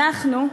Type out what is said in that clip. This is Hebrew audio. אנחנו,